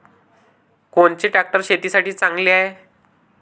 कोनचे ट्रॅक्टर शेतीसाठी चांगले हाये?